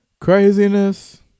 craziness